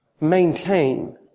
Maintain